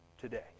today